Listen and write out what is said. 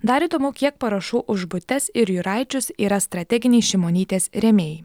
dar įdomu kiek parašų už butes ir juraičius yra strateginiai šimonytės rėmėjai